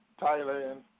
Thailand